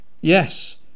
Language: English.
Yes